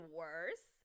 worse